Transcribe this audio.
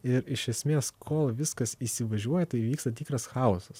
ir iš esmės kol viskas įsivažiuoja tai įvyksta tikras chaosas